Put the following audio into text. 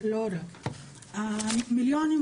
המרחב הוא משותף לכולנו ולכן היבטים